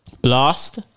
blast